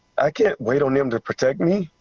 i can't wait on them to protect me.